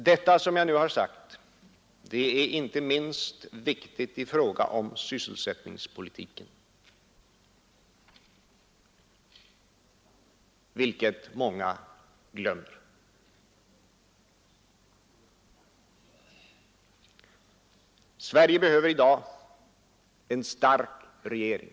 Detta som jag nu har sagt är inte minst viktigt i fråga om sysselsättningspolitiken, vilket många glömmer. Sverige behöver i dag en stark regering.